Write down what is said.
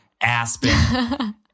aspen